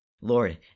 Lord